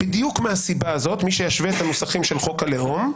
מי שישווה את הנוסחים של חוק הלאום,